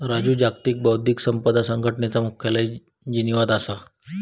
राजू जागतिक बौध्दिक संपदा संघटनेचा मुख्यालय जिनीवात असा